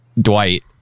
Dwight